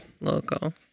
Local